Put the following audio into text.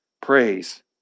Praise